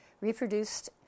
reproduced